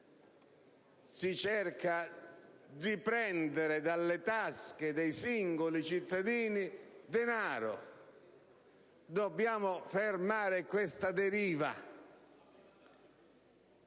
si cerca di prendere denaro dalle tasche dei singoli cittadini. Dobbiamo fermare questa deriva,